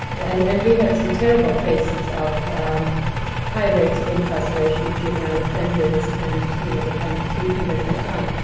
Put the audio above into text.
and and we had some terrible cases of high rates of incarceration of juvenile offenders, and you know the kind of treatment that went on.